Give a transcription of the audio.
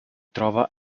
trova